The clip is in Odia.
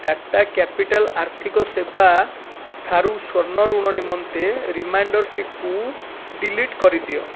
ଟାଟା କ୍ୟାପିଟାଲ୍ ଆର୍ଥିକ ସେବା ଠାରୁ ସ୍ଵର୍ଣ୍ଣ ଋଣ ନିମନ୍ତେ ରିମାଇଣ୍ଡର୍ଟିକୁ ଡିଲିଟ କରିଦିଅ